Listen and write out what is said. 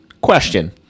Question